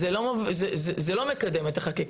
אז זה לא מקדם את החקיקה,